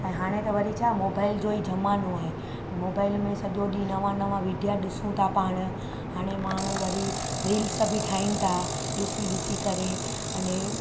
ऐं हाणे त वरी छा मोबाइल जो ई ज़मानो आहे मोबाइल में सॼो ॾींहुं नवां नवां विडिया ॾिसूं था पाण हाणे माण्हू वरी रील्स बि ठाहिण था ॾिसी ॾिसी करे अने